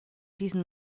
diesen